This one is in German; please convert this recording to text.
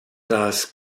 das